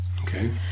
Okay